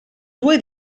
due